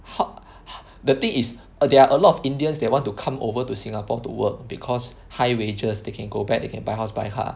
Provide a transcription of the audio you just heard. how ho~ the thing is are there are a lot of Indians that want to come over to Singapore to work because high wages they can go back they can buy house buy car